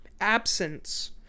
absence